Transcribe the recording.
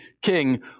king